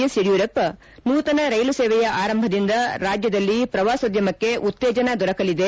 S Yediyurappa ನೂತನ ರೈಲು ಸೇವೆಯ ಆರಂಭದಿಂದ ರಾಜ್ಯದಲ್ಲಿ ಪ್ರವಾಸೋದ್ಯಮಕ್ಕೆ ಉತ್ತೇಜನ ದೊರಕಲಿದೆ